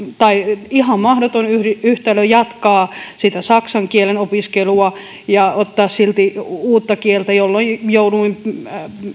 tai ihan mahdoton yhtälö jatkaa sitä saksan kielen opiskelua ja ottaa silti uutta kieltä jolloin jouduin